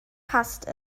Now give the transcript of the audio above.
passt